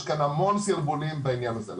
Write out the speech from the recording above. יש כאן המון סירבולים בעניין הזה.